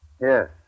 Yes